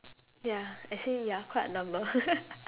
ya actually ya quite a number